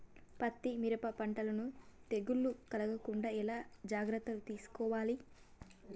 పత్తి మిరప పంటలను తెగులు కలగకుండా ఎలా జాగ్రత్తలు తీసుకోవాలి?